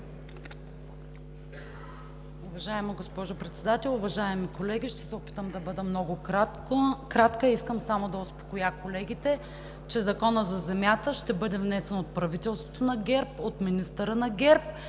Уважаема госпожо Председател, уважаеми колеги, ще се опитам да бъда много кратка. Искам само да успокоя колегите, че Законът за земята ще бъде внесен от правителството на ГЕРБ, от министъра на ГЕРБ,